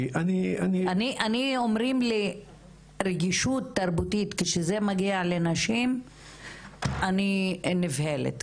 אני אומרים לי רגישות תרבותית כשזה מגיע לנשים אני נבהלת,